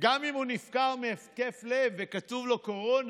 גם אם הוא נפטר מהתקף לב וכתוב לו "קורונה",